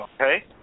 Okay